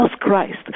Christ